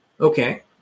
Okay